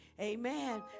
Amen